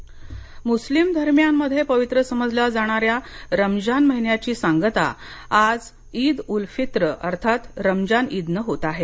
ईद शुभेच्छा मुस्लीम धर्मीयांमध्ये पवित्र समजल्या जाणाऱ्या रमजान महिन्याची सांगता आज ईद उल फित्र अर्थात रमजान ईदने होत आहे